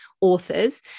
authors